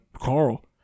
Carl